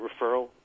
referral